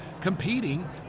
competing